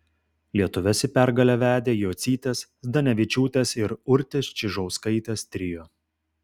lietuves į pergalę vedė jocytės zdanevičiūtės ir urtės čižauskaitės trio